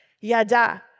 yada